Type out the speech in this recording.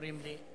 אומרים לי.